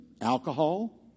alcohol